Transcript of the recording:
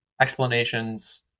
explanations